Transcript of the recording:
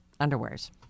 underwears